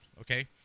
okay